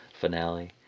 finale